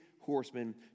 horsemen